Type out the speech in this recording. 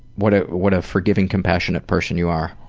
what ah what a forgiving, compassionate person you are.